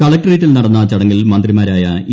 കളക്ടറേറ്റിൽ നടന്ന ചട്ടങ്ങിൽ മന്ത്രിമാരായ ഇ